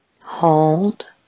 hold